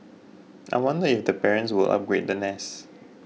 I wonder if the parents will upgrade the nest